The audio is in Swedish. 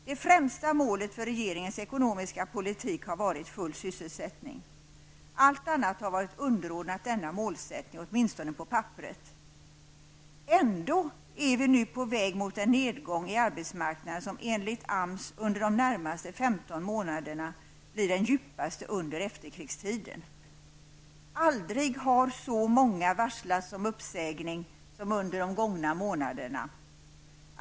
Det främsta målet för regeringens ekonomiska politik har varit full sysselsättning. Allt annat har varit underordnat denna målsättning -- åtminstone på papperet. Ändå är vi nu på väg mot en nedgång på arbetsmarknaden som -- enligt AMS -- under de närmaste 15 månaderna blir den djupaste under efterkrigstiden. Aldrig har så många varslats om uppsägning som under de gångna månaderna.